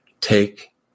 take